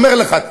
אומר לך: